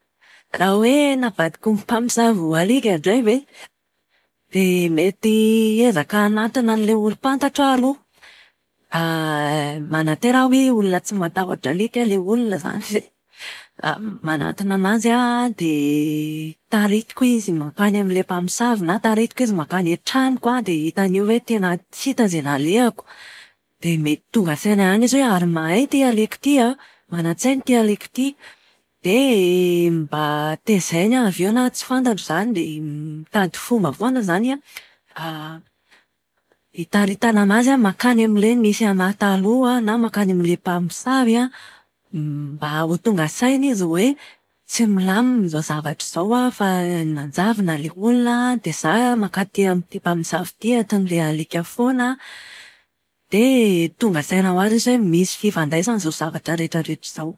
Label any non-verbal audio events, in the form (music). Raha hoe navadiky ny mpamosavy ho alika indray ve? Dia mety hiezaka hanantona an'ilay olom-pantatro aho aloha. (hesitation) manantena aho hoe olona tsy matahotra alika ilay olona izany dia (laughs) manantona anazy aho dia taritiko izy mankany mankany amin'ilay mpamosavy na taritiko izy mankany an-tranoko an dia hitany eo hoe tena tsy hita izay nalehako. Dia mety tonga saina ihany izy hoe ary mahay ty alika ty an! Manan-tsaina ty alika ty! Dia mba taizany aho avy eo na tsy fantatrao izany dia (hesitation) mitady fomba foana izany an, itaritana anazy mankany amin'ilay nisy ahy taloha na mankany amin'ilay mpamosavy an. Mba ho tonga saina izy hoe tsy milamina izao zavatra izao an fa manjavona ilay olona dia za mankaty amin'ity mpamosavy ty entin'ilay alika foana an, dia tonga saina ho azy izy hoe misy fifandraisany izao zavatra rehetrarehetra izao.